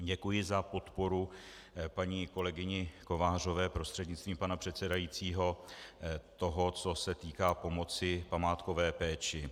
Děkuji za podporu paní kolegyni Kovářové prostřednictvím pana předsedajícího toho, co se týká pomoci památkové péči.